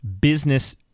business